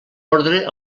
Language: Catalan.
ordre